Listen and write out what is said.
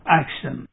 action